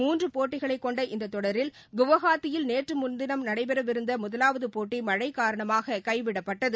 மூன்று போட்டிகளை னெண்ட இத்தொடரில் குவஹாத்தியில் நேற்று முன்தினம் நடைபெறவிருந்த முதலாவது போட்டி மழை காரணமாக கைவிடப்பட்டது